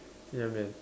ya man